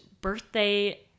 birthday